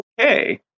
okay